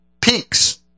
peaks